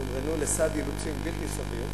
תומרנו לסד אילוצים בלתי סביר.